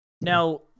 Now